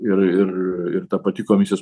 ir ir ir ta pati komisijos